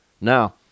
Now